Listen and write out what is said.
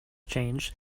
change